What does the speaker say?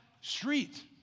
street